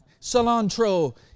Cilantro